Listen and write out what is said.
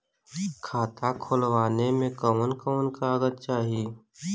खाता खोलवावे में कवन कवन कागज चाही?